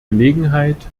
gelegenheit